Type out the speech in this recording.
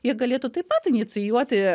jie galėtų taip pat inicijuoti